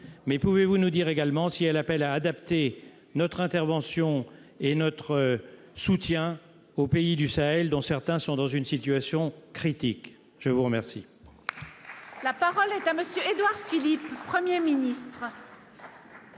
mais pouvez-vous nous dire également si elle appelle à adapter notre intervention et notre soutien aux pays du Sahel, dont certains sont dans une situation critique, je vous remercie.